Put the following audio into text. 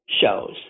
shows